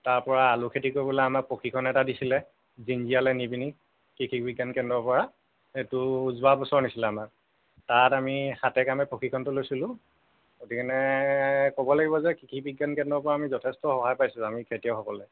তাৰ পৰা আলু খেতি কৰিবলৈ আমাক প্ৰশিক্ষণ এটা দিছিলে দিন দিয়ালে নি পেনি কৃষি বিজ্ঞান কেন্দ্ৰৰ পৰা সেইতো যোৱা বছৰ নিছিলে আমাক তাত আমি হাতে কামে প্ৰশিক্ষণটো লৈছিলোঁ গতিকেনে ক'ব লাগিব যে কৃষি বিজ্ঞান কেন্দ্ৰৰ পৰা আমি যথেষ্ট সহায় পাইছোঁ আমি খেতিয়কসকলে